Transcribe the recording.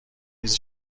نیز